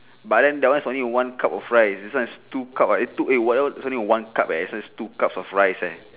but then that one is only one cup of rice this one is two cup ah eh two eh whatever one is only one cup eh this one is two cups of rice leh